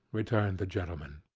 returned the gentleman,